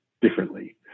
differently